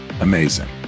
Amazing